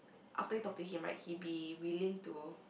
after you talk to him right he be willing to